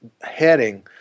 heading